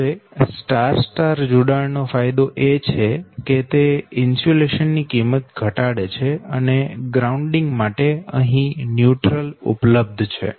હવે star star જોડાણ નો ફાયદો એ છે કે તે ઇન્સ્યુલેશન ની કિંમત ઘટાડે છે અને ગ્રાઉન્ડિંગ માટે અહી ન્યુટ્રલ ઉપલબ્ધ છે